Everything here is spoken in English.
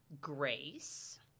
grace